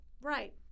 Right